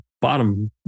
bottom